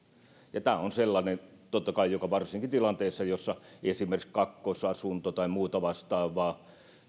tämä on totta kai sellainen joka toteutuu varsinkin tilanteessa jossa on esimerkiksi kakkosasunto tai muuta vastaavaa